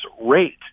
rate